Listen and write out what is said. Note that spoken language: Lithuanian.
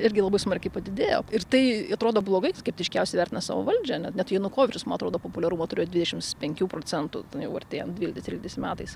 irgi labai smarkiai padidėjo ir tai atrodo blogai skeptiškiausiai vertina savo valdžią net janukovyčius man atrodo populiarumo turėjo dvidešimts penkių procentų ten jau artėjant dvyliktais tryliktais metais